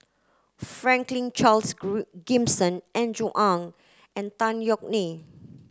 Franklin Charles Gimson Andrew Ang and Tan Yeok Nee